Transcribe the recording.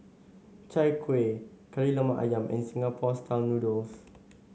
Chai Kueh Kari Lemak ayam and Singapore style noodles